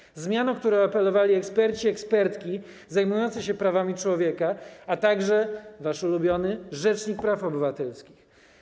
Chodzi o zmiany, o które apelowali eksperci i ekspertki zajmujący się prawami człowieka, a także - wasz ulubiony - rzecznik praw obywatelskich.